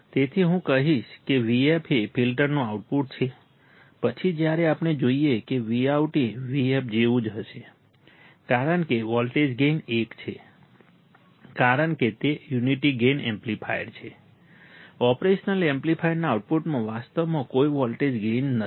તેથી હું કહીશ કે vf એ ફિલ્ટરનું આઉટપુટ છે પછી જ્યારે આપણે જોઈએ કે Vout એ vf જેવું જ હશે કારણ કે વોલ્ટેજ ગેઇન 1 છે કારણ કે તે યુનિટી ગેઇન એમ્પ્લીફાયર છે ઓપરેશન એમ્પ્લીફાયરના આઉટપુટમાં વાસ્તવમાં કોઈ વોલ્ટેજ ગેઈન નથી